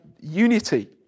unity